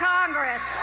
Congress